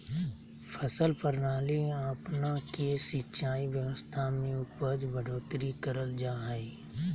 फसल प्रणाली अपना के सिंचाई व्यवस्था में उपज बढ़ोतरी करल जा हइ